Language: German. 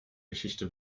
geschichte